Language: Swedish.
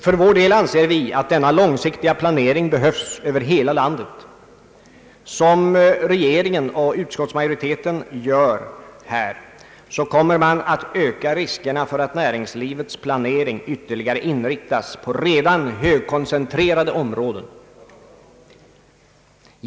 För vår del anser vi att denna långsiktiga planering behövs över hela lan det. Så som regeringen och utskottsmajoriteten gör här, kommer man att öka riskerna för att näringslivets planering ytterligare inriktas på redan högkoncentrerade områden.